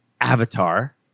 Avatar